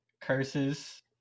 curses